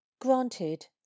Granted